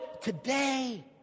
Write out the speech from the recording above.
today